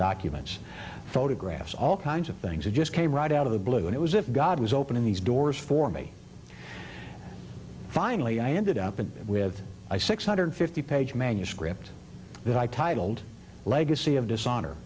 documents photographs all kinds of things that just came right out of the blue and it was if god was opening these doors for me finally i ended up in it with my six hundred fifty page manuscript that i titled legacy of dishonor